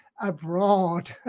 abroad